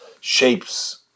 shapes